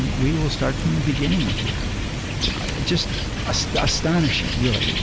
we will start from the beginning with you just ah so astonishing, really,